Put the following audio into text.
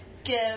Give